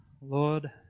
Lord